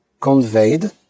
conveyed